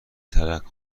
ترقه